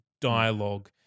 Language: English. dialogue